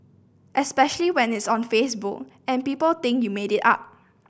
especially when it's on Facebook and people think you made it up